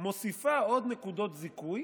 עוד נקודות זיכוי